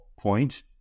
point